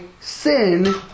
sin